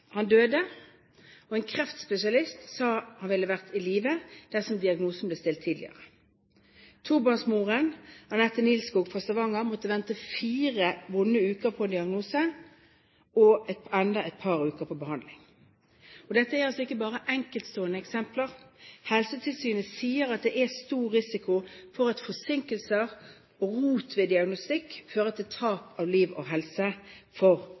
Han døde – og en kreftspesialist sa han ville vært i live dersom diagnosen hadde blitt stilt tidligere. Tobarnsmoren Anette Nilsskog fra Stavanger måtte vente fire vonde uker på diagnose og enda et par uker på behandling. Dette er altså ikke bare enkeltstående eksempler. Helsetilsynet sier at det er stor risiko for at forsinkelser og rot ved diagnostikk fører til tap av liv og helse for